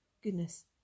Goodness